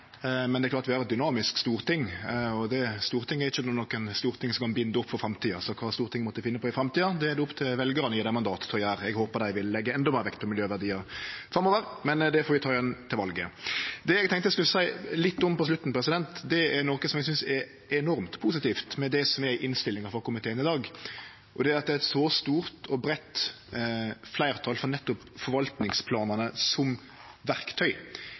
Men det er klart at vi har eit dynamisk storting, og Stortinget er det ikkje noko storting som kan binde opp for framtida. Så kva Stortinget måtte finne på i framtida, er det opp til veljarane å gje dei mandat til å gjere. Eg håper dei vil leggje endå meir vekt på miljøverdiar framover, men det får vi ta ved valet. Det eg tenkte eg skulle seie litt om på slutten, er noko eg synest er enormt positivt med det som er innstillinga frå komiteen i dag, og det er at det er eit så stort og breitt fleirtal for nettopp forvaltningsplanane som verktøy.